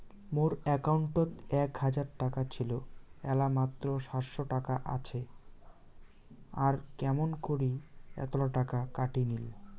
মোর একাউন্টত এক হাজার টাকা ছিল এলা মাত্র সাতশত টাকা আসে আর কেমন করি এতলা টাকা কাটি নিল?